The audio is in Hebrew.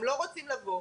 הם לא רוצים לבוא.